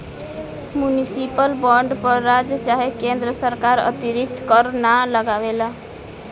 municipal bond पर राज्य चाहे केन्द्र सरकार अतिरिक्त कर ना लगावेला